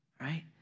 right